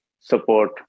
support